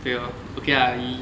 对咯 okay lah yi~